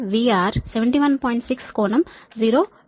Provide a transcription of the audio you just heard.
6 కోణం 0 డిగ్రీ లు